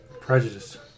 Prejudice